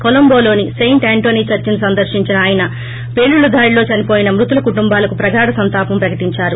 కొలంటోలోని saint Antony చర్చిని సందర్రించిన ఆయన పేలుళ్ల దాడిలో చనిపోయిన మ్నతుల కుటుంబాలకు ప్రగాఢ సంతాపం ప్రకటించారు